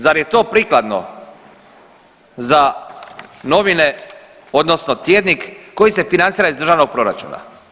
Zar je to prikladno za novine odnosno tjednik koji se financira iz državnog proračuna?